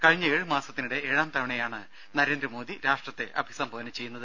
കഴിഞ്ഞ ഏഴ് മാസത്തിനിടെ ഏഴാം തവണയാണ് പ്രധാനമന്ത്രി രാഷ്ട്രത്തെ അഭിസംബോധന ചെയ്യുന്നത്